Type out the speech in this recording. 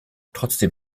trotzdem